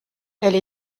elle